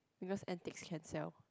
because antiques can sell